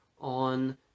on